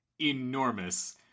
enormous